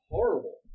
Horrible